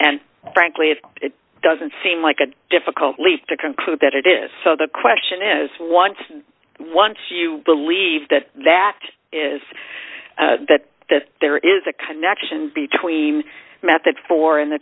and frankly it doesn't seem like a difficult leap to conclude that it is so the question is once once you believe that that is that there is a connection between method for and the